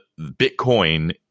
Bitcoin